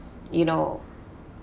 you know